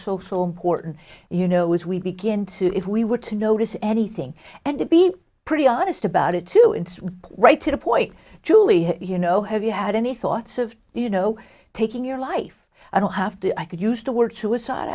porton you know as we begin to if we were to notice anything and to be pretty honest about it too and right to the point julie you know have you had any thoughts of you know taking your life i don't have to i could use the word